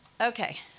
Okay